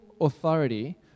authority